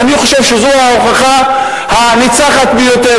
ואני חושב שזו ההוכחה הניצחת ביותר,